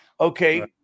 Okay